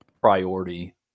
priority